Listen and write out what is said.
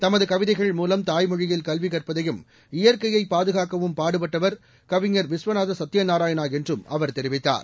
தமது கவிதைகள் மூலம் தாய்மொழியில் கல்வி கற்பதையும் இயற்கையை பாதுகாக்கவும் பாடுபட்டவர் கவிஞர் விஸ்வநாத சத்யநாராயணா என்றும் அவர் தெரிவித்தார்